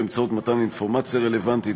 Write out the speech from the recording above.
באמצעות מתן אינפורמציה רלוונטית,